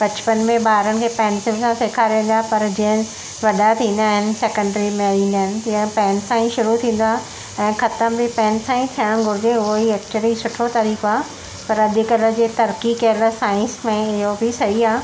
बचपन में ॿारनि खे पेंसिल सां सेखारिनि था पर जीअं वॾा थींदा आहिनि सेकंडरी में ईंदा आहिनि तीअं पेन सां ई शुरू थींदो आहे ऐं ख़तम बि पेन सां थियणु घुरिजे उहो ई एक्चुली सुठो तरीक़ो आहे पर अॼुकल्ह जे तरक़ी कयल सांइस में इहो बि सही आहे